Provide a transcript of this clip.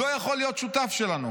לא יכול להיות שותף שלנו.